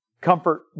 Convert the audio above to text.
comfort